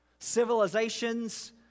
civilizations